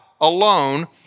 alone